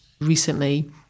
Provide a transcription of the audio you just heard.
recently